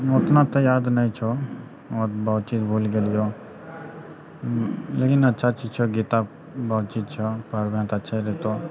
उतना तऽ याद नहि छौ आओर बहुत चीज भूलि गेलियौ लेकिन अच्छा चीज छौ गीता बहुत चीज छौ पढ़बै तऽ अच्छे रहतौ